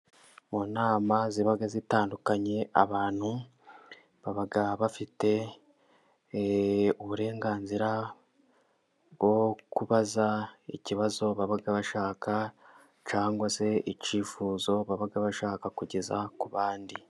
Mu nama ziba zitandukanye abantu baba bafite uburenganzira bwo kubaza ikibazo, baba bashaka cyangwa se icyifuzo baba bashaka kugeza ku bandi.